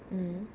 mm